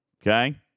okay